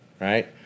right